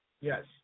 Yes